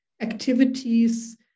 activities